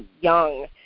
young